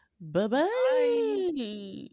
Bye-bye